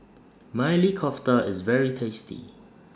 Maili Kofta IS very tasty